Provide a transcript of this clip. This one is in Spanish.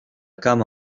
cama